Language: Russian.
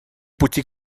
пути